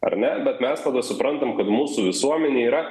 ar ne bet mes suprantam kad mūsų visuomenė yra